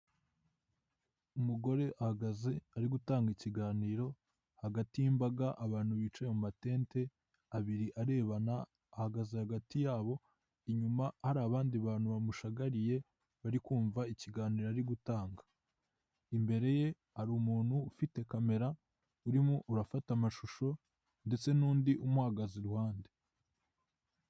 Umugore ahagaze arigutanga ikiganiro hagati y'imbaga abantu bicaye mu matende abiri arebana hagaze hagati yabo inyuma hari abandi bantu bamushagariye barikumva ikiganiro arigutanga imbere ye hari umunty ufite camera urimo gufata amashusho ndetse n'undi umuhagaze iruhande.